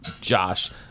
Josh